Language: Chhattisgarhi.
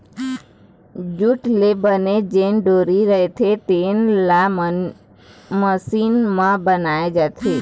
जूट ले बने जेन डोरी रहिथे तेन ल मसीन म बनाए जाथे